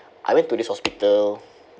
I went to this hospital